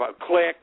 Click